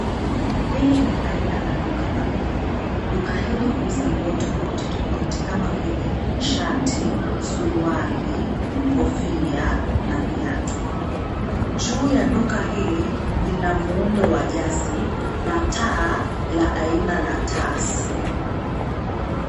Hili ni aina la duka la nguo, duka hili huuza nguo tofauti tofauti kama vile, shati, suruali, kofia na viatu, juu ya duka hili, lina muundo wa jasi, na taa, la aina la tasi.